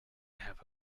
have